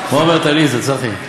חברת הכנסת איילת נחמיאס ורבין.